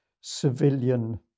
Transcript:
civilian